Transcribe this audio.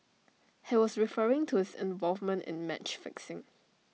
he was referring to his involvement in match fixing